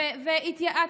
והתייעצנו,